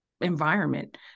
Environment